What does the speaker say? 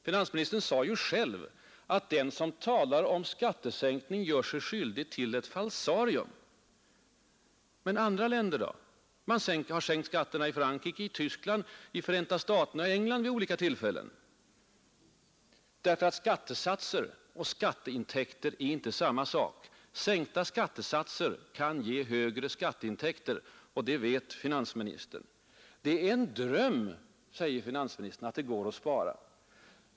Finansministern sade ju själv att den som talar om skattesänkning gör sig skyldig till ett ”falsarium”. Men andra länder då! Man har sänkt skatterna i Frankrike, Tyskland, Förenta staterna och England vid olika tillfällen. Skattesatser och skatteintäkter är inte samma sak. Sänkta skattesatser kan ge högre skatteintäkter, och det vet finansministern. Det är ”en dröm”, säger finansministern, att det går att spara.